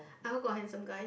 I hope got handsome guys